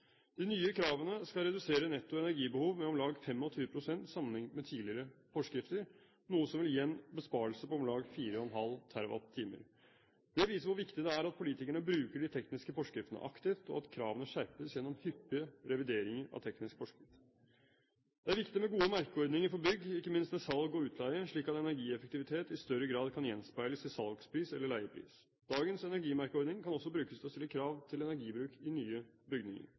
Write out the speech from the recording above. De nye kravene skal redusere netto energibehov med om lag 25 pst. sammenlignet med tidligere forskrifter, noe som vil gi en besparelse på om lag 4,5 TWh. Det viser hvor viktig det er at politikerne bruker de tekniske forskriftene aktivt, og at kravene skjerpes gjennom hyppige revideringer av tekniske forskrifter. Det er viktig med gode merkeordninger for bygg, ikke minst ved salg og utleie, slik at energieffektivitet i større grad kan gjenspeiles i salgspris eller leiepris. Dagens energimerkeordning kan også brukes til å stille krav til energibruk i nye bygninger.